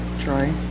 Troy